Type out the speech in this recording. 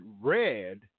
red